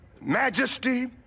majesty